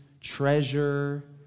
treasure